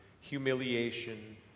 humiliation